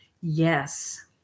Yes